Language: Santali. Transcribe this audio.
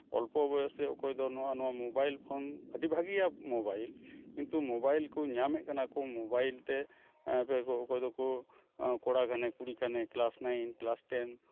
ᱚᱞᱯᱚ ᱵᱚᱭᱚᱥ ᱨᱮ ᱚᱠᱚᱭ ᱫᱚ ᱱᱚᱜᱼᱚ ᱱᱚᱣᱟ ᱢᱳᱵᱟᱭᱤᱞ ᱯᱷᱳᱱ ᱟᱹᱰᱤ ᱵᱷᱟᱹᱜᱤᱭᱟ ᱢᱳᱵᱟᱭᱤᱞ ᱠᱤᱱᱛᱩ ᱢᱳᱵᱟᱭᱤᱞ ᱠᱚ ᱧᱟᱢᱮᱫ ᱠᱟᱱᱟ ᱠᱚ ᱢᱳᱵᱟᱭᱤᱞ ᱛᱮ ᱚᱠᱚᱭ ᱠᱚ ᱚᱠᱚᱭ ᱫᱚᱠᱚ ᱠᱚᱲᱟ ᱠᱟᱱᱮ ᱠᱩᱲᱤ ᱠᱟᱱᱮ ᱠᱞᱟᱥ ᱱᱟᱭᱤᱱ ᱠᱞᱟᱥ ᱴᱮᱱ